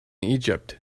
egypt